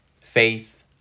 faith